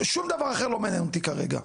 שום דבר אחר לא מעניין אותי כרגע.